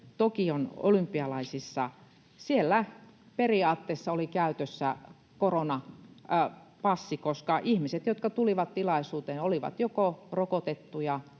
Tokion olympialaisissa periaatteessa oli käytössä koronapassi, koska ihmiset, jotka tulivat tilaisuuteen, olivat joko rokotettuja,